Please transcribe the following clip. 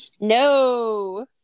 No